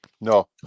No